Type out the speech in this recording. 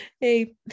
hey